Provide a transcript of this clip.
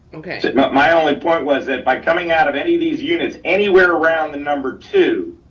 okay. but my only point was that by coming out of any of these units, anywhere around the number two,